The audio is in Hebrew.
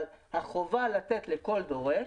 אבל החובה לתת לכל דורש,